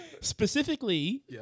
Specifically